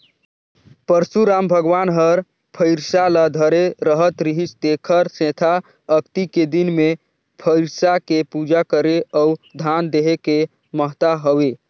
परसुराम भगवान हर फइरसा ल धरे रहत रिहिस तेखर सेंथा अक्ती के दिन मे फइरसा के पूजा करे अउ दान देहे के महत्ता हवे